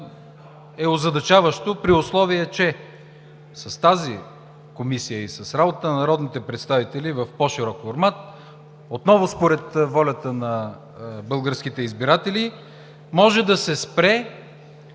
е озадачаващо, при условие че с тази комисия и с работата на народните представители в по-широк формат, отново според волята на българските избиратели, може да се спре